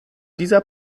dieser